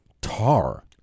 tar